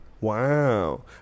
Wow